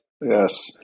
Yes